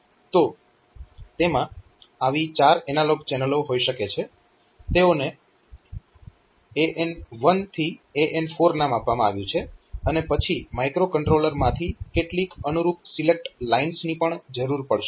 તો તેમાં આવી 4 એનાલોગ ચેનલો હોઈ શકે છે તેઓને AN1 થી AN4 નામ આપવામાં આવ્યું છે અને પછી માઇક્રોકન્ટ્રોલરમાંથી કેટલીક અનુરૂપ સિલેક્ટ લાઇન્સ ની પણ જરૂર પડશે